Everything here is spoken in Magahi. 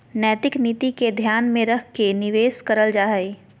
नैतिक नीति के ध्यान में रख के निवेश करल जा हइ